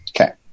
Okay